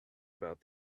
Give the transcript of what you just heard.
about